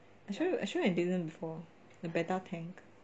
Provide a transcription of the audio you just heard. actually actually I did it before the betta tank